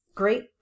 Great